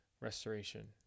restoration